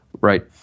right